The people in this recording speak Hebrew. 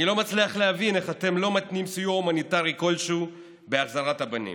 אני לא מצליח להבין איך אתם לא מתנים סיוע הומניטרי כלשהו בהחזרת הבנים.